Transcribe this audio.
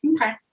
okay